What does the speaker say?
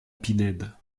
pinède